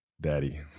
Daddy